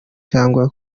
cyangwa